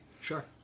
sure